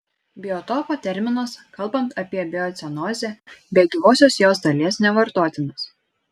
biotopo terminas kalbant apie biocenozę be gyvosios jos dalies nevartotinas